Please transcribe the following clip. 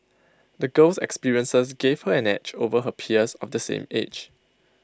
the girl's experiences gave her an edge over her peers of the same age